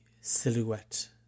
silhouette